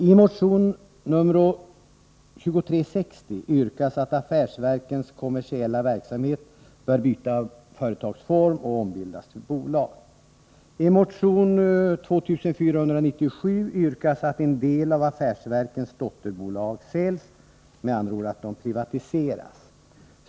I motion 2360 yrkas att affärsverkens kommersiella verksamhet bör byta företagsform och ombildas till bolag. I motion 2497 yrkas att en del av affärsverkens dotterbolag försäljs, med andra ord att de privatiseras.